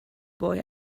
boy